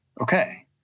okay